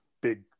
big